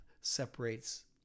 separates